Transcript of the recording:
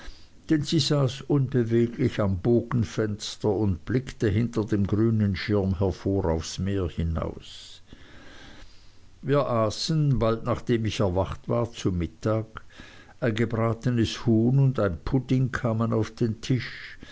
sie saß unbeweglich am bogenfenster und blickte hinter dem grünen schirm hervor aufs meer hinaus wir aßen bald nachdem ich erwacht war zu mittag ein gebratenes huhn und ein pudding kamen auf den tisch